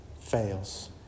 fails